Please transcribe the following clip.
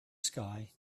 sky